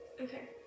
okay